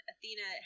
Athena